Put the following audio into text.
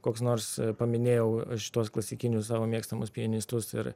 koks nors paminėjau aš tuos klasikinius savo mėgstamus pianistus ir